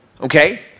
Okay